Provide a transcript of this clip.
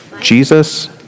Jesus